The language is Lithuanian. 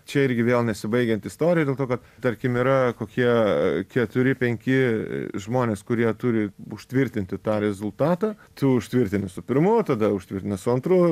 čia irgi vėl nesibaigianti istorija dėl to kad tarkim yra kokie keturi penki žmonės kurie turi užtvirtinti tą rezultatą tu užtvirtini su pirmu tada užtvirtini su antru